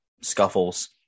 scuffles